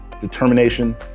determination